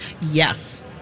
Yes